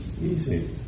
easy